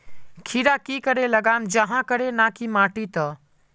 खीरा की करे लगाम जाहाँ करे ना की माटी त?